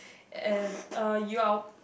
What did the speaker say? and uh you are